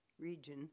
region